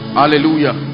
hallelujah